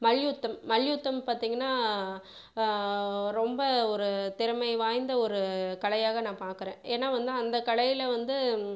மல்யுத்தம் மல்யுத்தம் பார்த்தீங்கனா ரொம்ப ஒரு திறமை வாய்ந்த ஒரு கலையாக நான் பார்க்கறேன் ஏன்னால் வந்து அந்த கலையில் வந்து